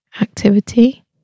activity